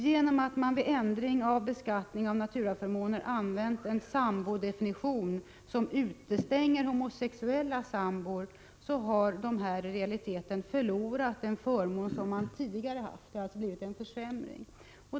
Genom att man vid ändring av beskattningen av naturaförmåner har använt en sambodefinition som utestänger homosexuella sambor, har dessa i realiteten förlorat en förmån som de tidigare haft. Det har alltså blivit en försämring.